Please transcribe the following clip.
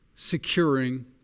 securing